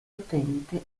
utente